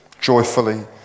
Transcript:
joyfully